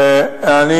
תודה רבה.